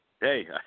Hey